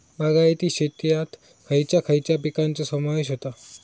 बागायती शेतात खयच्या खयच्या पिकांचो समावेश होता?